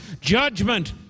judgment